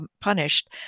punished